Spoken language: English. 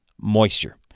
moisture